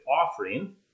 offering